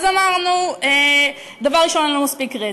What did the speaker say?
אז אמרנו, דבר ראשון, אין לנו מספיק רצף,